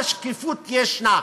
כלומר, שקיפות ישנה.